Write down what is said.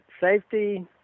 Safety